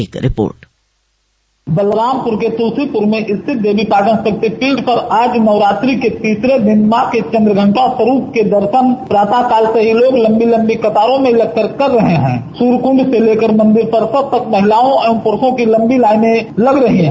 एक रिपोर्ट बलरामपुर ज़िले के तुलसीपुर में स्थित देवीपाटन शक्तिपीठ पर आज नवरात्रि के तीसरे दिन मां के चंद्रघंटा स्वरूप के दर्शन प्रातः काल से ही लो लंबी लंबी कतारों में लगकर कर रहे हैं सूर्यकुंड से लेकर मंदिर परिसर तक महिलाओं एवं पुरूषों की लंबी लाइनें लग रही हैं